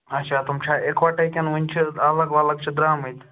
اَچھا تِم چھا اِکوٹے کِنہٕ وُِنہِ چھِ الگ ولگ چھِ درٛامٕتۍ